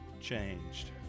changed